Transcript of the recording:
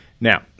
Now